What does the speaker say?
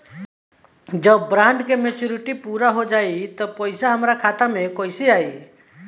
जब बॉन्ड के मेचूरिटि पूरा हो जायी त पईसा हमरा खाता मे कैसे आई?